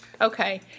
Okay